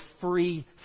free